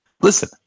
Listen